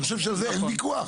אני חושב שעל זה אין ויכוח.